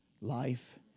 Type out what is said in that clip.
life